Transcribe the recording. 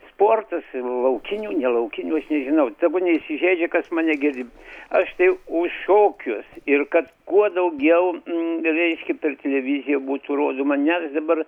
sportas ir laukinių nelaukinių aš nežinau tegu neįsižeidžia kas mane girdi aš tai už šokius ir kad kuo daugiau reiškia per televiziją būtų rodoma nes dabar